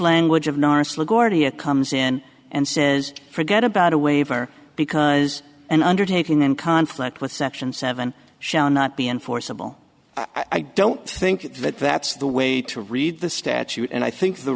language of norris laguardia comes in and says forget about a waiver because an undertaking in conflict with section seven shall not be enforceable i don't think that that's the way to read the statute and i think the